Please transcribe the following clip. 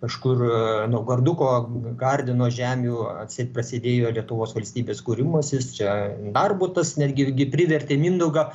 kažkur naugarduko gardino žemių atseit prasidėjo lietuvos valstybės kūrimas jis čia darbutas netgi privertė mindaugą